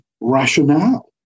rationale